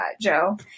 Joe